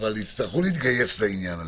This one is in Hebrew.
יצטרכו להתגייס לעניין הזה.